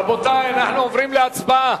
רבותי, אנחנו עוברים להצבעה.